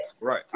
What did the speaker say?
right